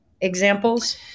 examples